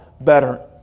better